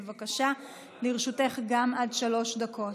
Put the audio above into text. בבקשה, גם לרשותך עד שלוש דקות.